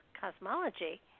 cosmology